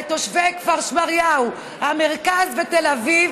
לתושבי כפר שמריהו, המרכז ותל אביב,